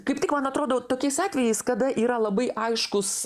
kaip tik man atrodo tokiais atvejais kada yra labai aiškus